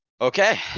Okay